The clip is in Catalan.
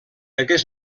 aquest